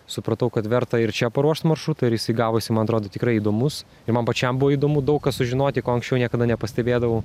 supratau kad verta ir čia paruošt maršrutą ir jisai gavosi man atrodo tikrai įdomus ir man pačiam buvo įdomu daug ką sužinoti ko anksčiau niekada nepastebėdavau